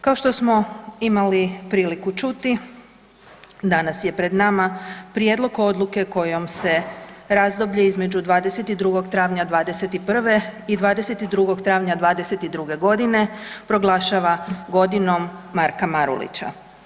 Kao što smo imali priliku čuti danas je pred nama Prijedlog odluke kojom se razdoblje između 22. travnja 2021. i 22. travnja 2022.g. proglašava Godinom Marka Marulića.